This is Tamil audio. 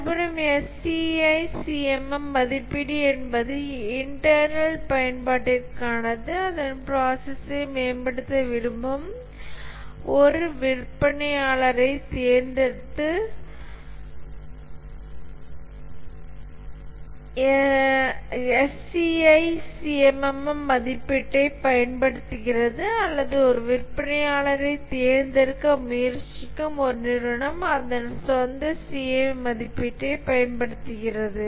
மறுபுறம் SEI CMM மதிப்பீடு என்பது இன்டர்னல் பயன்பாட்டிற்கானது அதன் ப்ராசஸ்ஸை மேம்படுத்த விரும்பும் ஒரு அமைப்பு SEI CMM மதிப்பீட்டைப் பயன்படுத்துகிறது அல்லது ஒரு விற்பனையாளரைத் தேர்ந்தெடுக்க முயற்சிக்கும் ஒரு நிறுவனம் அதன் சொந்த CMM மதிப்பீட்டைப் பயன்படுத்துகிறது